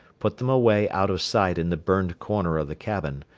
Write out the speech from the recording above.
put them away out of sight in the burned corner of the cabin,